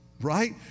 right